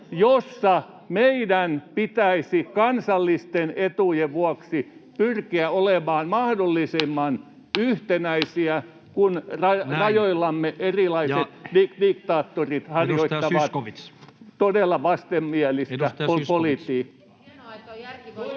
jossa meidän pitäisi kansallisten etujen vuoksi pyrkiä olemaan mahdollisimman yhtenäisiä, kun rajoillamme erilaiset diktaattorit harjoittavat todella vastenmielistä politiikkaa. Näin. — Ja edustaja